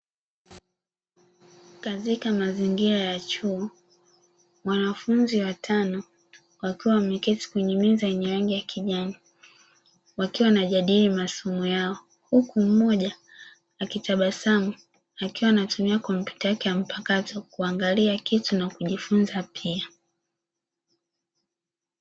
Katika mazingira ya chuo wanafunzi watano wakiwa wameketi kwenye meza yenye rangi ya kijani wakiwa wanajadili masomo yao, huku mmoja akitabasamu akiwa anatumia kompyuta yake ya mpakato; kuangalia kitu na kujifunza pia.